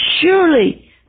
Surely